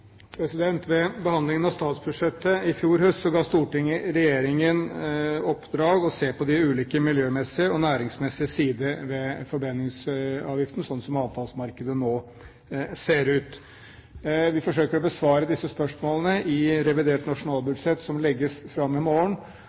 Ved behandlingen av statsbudsjettet i fjor høst ga Stortinget regjeringen i oppdrag å se på de ulike miljømessige og næringsmessige sider ved forbrenningsavgiften slik som avfallsmarkedet nå ser ut. Vi forsøker å besvare disse spørsmålene i revidert nasjonalbudsjett, som legges fram i morgen.